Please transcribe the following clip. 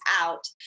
out